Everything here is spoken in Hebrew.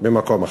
במקום אחר.